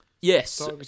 Yes